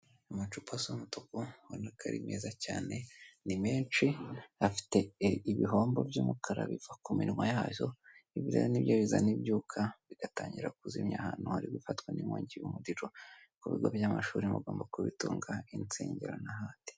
Amacupa asa umutuku ubonaka ari meza cyane, ni menshi afite ibihombo by'umukara biva ku minwa yazo, ibi rereo nibyo bizana ibyuka bigatangira kuzimya ahantu hari gufatwa n'inkongi umuriro ku bigo by'amashuri mugomba kubitunga, insengero n'ahandi.